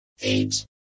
eight